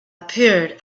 appeared